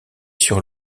sur